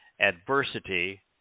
Adversity